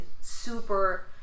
super